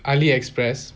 ali express